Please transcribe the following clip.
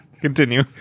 Continue